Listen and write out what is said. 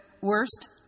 worst